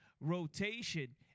rotation